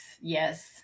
Yes